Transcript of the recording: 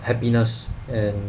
happiness and